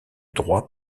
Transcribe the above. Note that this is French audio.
droit